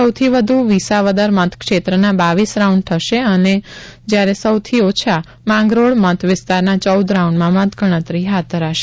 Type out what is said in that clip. સોથી વધુ વિસાવદર મતક્ષેત્ર ના બાવીસ રાઉન્ડ થશે જ્યારે સૌથી ઓછા માંગરોળ મત વિસ્તાર ના ચૌદ રાઉન્ડમાં ગણતરી હાથ ધરાશે